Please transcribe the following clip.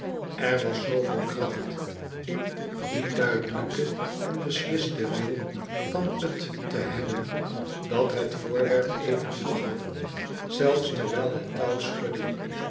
er was zooveel kracht in dien duidelijken en beslisten wil van het te hebben dat het voorwerp even toegaf zelfe terwijl het touw schudde